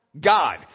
God